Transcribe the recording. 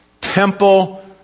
Temple